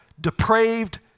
depraved